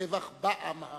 הטבח בעם הארמני.